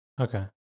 Okay